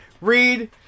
Read